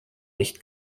nicht